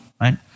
right